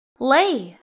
lay